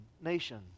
nation